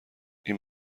این